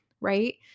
right